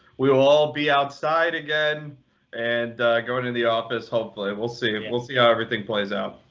we will all be outside again and going into the office, hopefully. we'll see. we'll see how everything plays out.